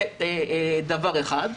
זה דבר ראשון.